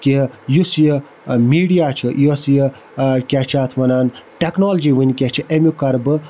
کہِ یُس یہِ میٖڈیا چھُ یۄس یہِ کیاہ چھِ اتھ وَنان ٹیٚکنالجی وٕنۍکٮ۪س چھِ امیُک کَرٕ بہٕ